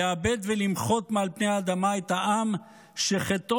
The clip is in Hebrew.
לאבד ולמחות מעל פני האדמה את העם שחטאו